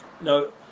No